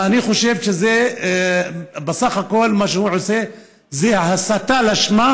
ואני חושב שבסך הכול מה שהוא עושה זה הסתה לשמה,